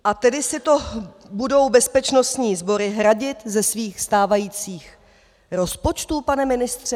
A tedy si to budou bezpečnostní sbory hradit ze svých stávajících rozpočtů, pane ministře?